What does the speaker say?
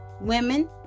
Women